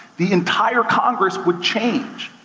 the entire congress would change.